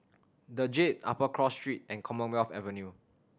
The Jade Upper Cross Street and Commonwealth Avenue